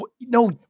no